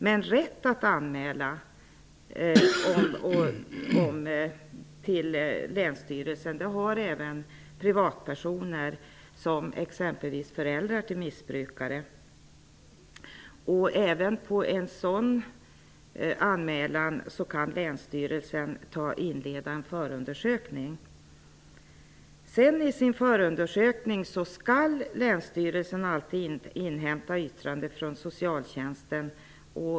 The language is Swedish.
Rätt att göra anmälan till länsstyrelsen har också privatpersoner, såsom t.ex. föräldrar till missbrukare. Även efter en sådan anmälan kan länsstyrelsen inleda en förundersökning. I förundersökningen skall länsstyrelsen alltid inhämta yttrande från socialtjänsten.